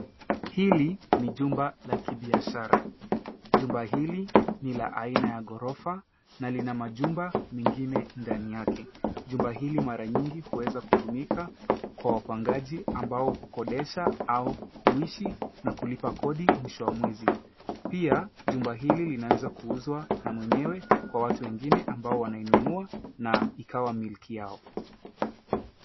Hili ni jumba la kibiashara, jumba hili ni la aina ya ghorofa na lina majumba mengine ndani yake. Jumba hili mara nyingi huweza kutumika kwa wapangaji ambao hukodesha au huishi na kulipa kodi mwisho wa mwezi. Pia jumba hili linaweza kuuzwa na mwenyewe kwa watu wengine ambao wanainunua na ikawa milki yao.